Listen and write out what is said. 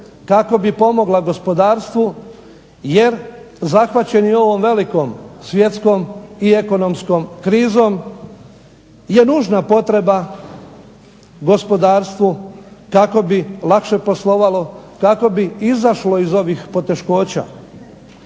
kako bi pomogla gospodarstvu jer zahvaćeni ovom velikom svjetskom i ekonomskom krizom je nužna potreba gospodarstvu kako bi lakše poslovalo, kako bi izašlo iz ovih poteškoća.